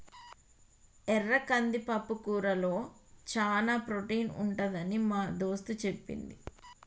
ఎర్ర కంది పప్పుకూరలో చానా ప్రోటీన్ ఉంటదని మా దోస్తు చెప్పింది